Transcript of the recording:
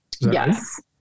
Yes